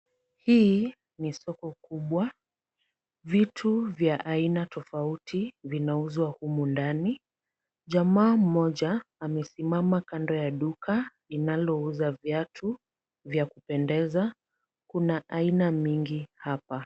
Hii ni soko kubwa. Vitu vya aina tofauti vinauzwa humu ndani. Jamaa mmoja amesimama kando ya duka linalouza viatu vya kupendeza. Kuna aina imingi hapa.